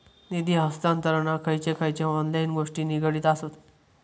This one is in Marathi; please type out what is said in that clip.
निधी हस्तांतरणाक खयचे खयचे ऑनलाइन गोष्टी निगडीत आसत?